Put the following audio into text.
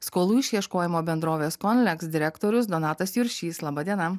skolų išieškojimo bendrovės konleks direktorius donatas juršys laba diena